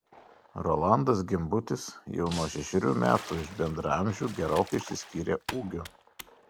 rolandas gimbutis jau nuo šešerių metų iš bendraamžių gerokai išsiskyrė ūgiu